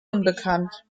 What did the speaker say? unbekannt